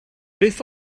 beth